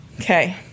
Okay